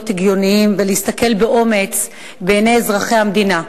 הגיוניים ולהסתכל באומץ בעיני אזרחי המדינה.